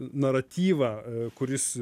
naratyvą kuris